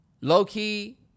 low-key